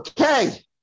Okay